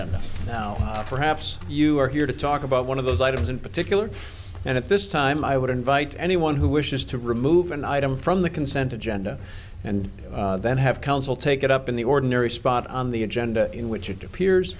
that perhaps you are here to talk about one of those items in particular that at this time i would invite anyone he wishes to remove an item from the consent agenda and then have council take it up in the ordinary spot on the agenda in which it appears